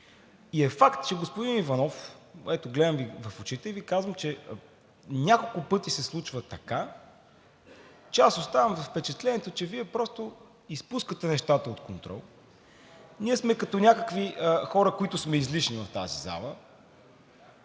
и е факт, че господин Иванов – ето, гледам Ви в очите и казвам, че няколко пъти се случва така, че аз оставам с впечатлението, че Вие просто изпускате нещата от контрол. Ние сме някакви хора, които сме излишни в тази зала,